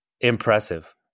impressive